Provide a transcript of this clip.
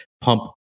pump